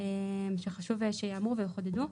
שחשוב שייאמרו וחודדו.